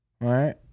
Right